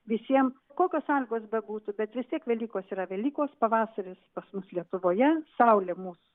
visiem kokios sąlygos bebūtų bet vis tiek velykos yra velykos pavasaris pas mus lietuvoje saulė mus